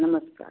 नमस्कार